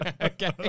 Okay